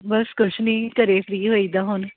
ਬਸ ਕੁਛ ਨੀ ਘਰੇ ਫਰੀ ਹੋਈਦਾ ਹੁਣ